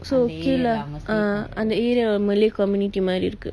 so okay lah ah அந்த:antha area lah malay community மாரி இருக்கு:mari iruku